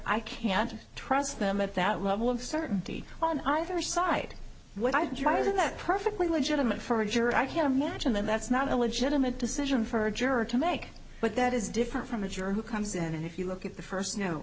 i can't trust them at that level of certainty on either side what i drive that perfectly legitimate for a juror i can imagine then that's not a legitimate decision for a juror to make but that is different from a juror who comes in and if you look at the first no